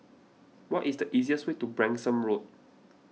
what is the easiest way to Branksome Road